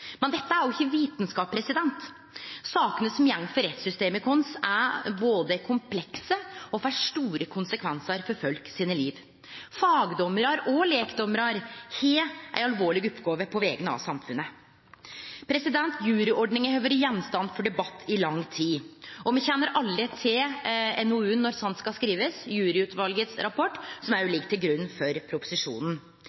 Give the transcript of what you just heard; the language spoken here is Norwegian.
Men dette er jo ikkje vitskap. Sakene som går for rettssystemet vårt, er komplekse og får store konsekvensar for folk sine liv. Fagdommarar – og lekdommarar – har ei alvorleg oppgåve på vegner av samfunnet. Juryordninga har vore gjenstand for debatt i lang tid, og me kjenner alle til NOU-en Juryutvalget, Når sant skal skrives, juryutvalets rapport, som